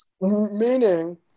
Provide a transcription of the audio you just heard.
Meaning